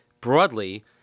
broadly